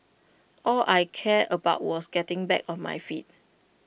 all I cared about was getting back on my feet